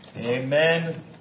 amen